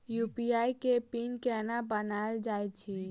UPI केँ PIN केना बनायल जाइत अछि